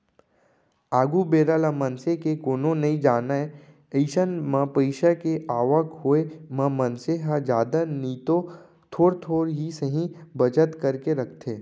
आघु बेरा ल मनसे के कोनो नइ जानय अइसन म पइसा के आवक होय म मनसे ह जादा नइतो थोर थोर ही सही बचत करके रखथे